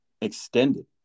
extended